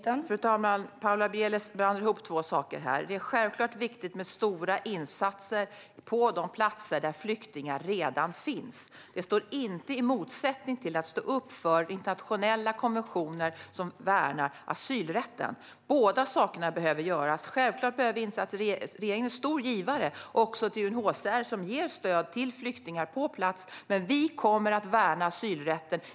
Fru talman! Paula Bieler blandar ihop två saker här. Det är självklart viktigt med stora insatser på de platser där flyktingar redan finns. Men det står inte i motsättning till att stå upp för internationella konventioner som värnar asylrätten. Båda sakerna behöver göras. Självklart behövs insatser. Sverige är en stor givare, också till UNHCR som ger stöd till flyktingar på plats. Men vi kommer att värna asylrätten.